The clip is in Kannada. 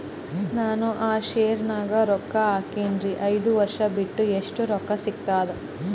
ನಾನು ಆ ಶೇರ ನ್ಯಾಗ ರೊಕ್ಕ ಹಾಕಿನ್ರಿ, ಐದ ವರ್ಷ ಬಿಟ್ಟು ಎಷ್ಟ ರೊಕ್ಕ ಸಿಗ್ತದ?